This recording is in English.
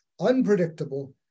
unpredictable